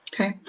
Okay